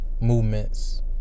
movements